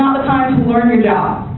the time to learn your job.